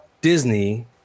Disney